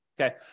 Okay